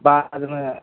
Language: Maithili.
बादमे